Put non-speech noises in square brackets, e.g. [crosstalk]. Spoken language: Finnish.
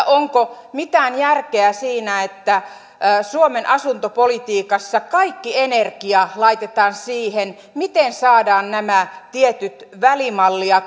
[unintelligible] onko mitään järkeä siinä että suomen asuntopolitiikassa kaikki energia laitetaan siihen miten saadaan nämä tietyt välimallia [unintelligible]